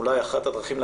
אולי אחת הדרכים,